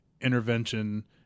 intervention